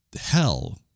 Hell